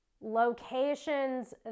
locations